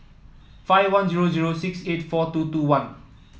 five one zero zero six eight four two two one